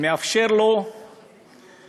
מאפשר לו הסעה,